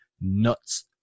nuts